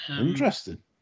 Interesting